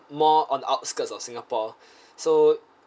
more on the outskirts of singapore so